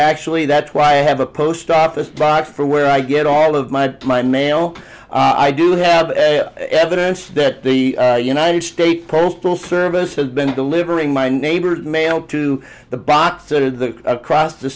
actually that's why i have a post office box for where i get all of my my mail i do have evidence that the united states postal service has been delivering my neighbor's mail to the box or the across the